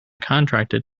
contracted